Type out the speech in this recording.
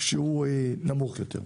נמוך יותר.